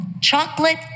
chocolate